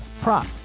prop